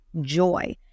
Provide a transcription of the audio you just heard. joy